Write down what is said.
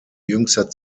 jüngster